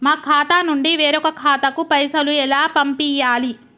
మా ఖాతా నుండి వేరొక ఖాతాకు పైసలు ఎలా పంపియ్యాలి?